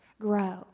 grow